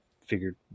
figured